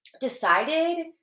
decided